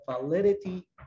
validity